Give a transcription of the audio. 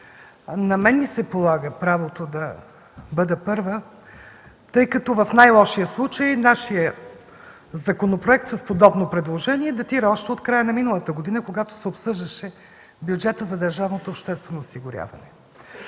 на мен се полага правото да бъда първа, тъй като в най-лошия случай нашият законопроект с подобно предложение датира още от края на миналата година, когато се обсъждаше бюджетът за държавното обществено осигуряване.